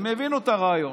הם הבינו את הרעיון.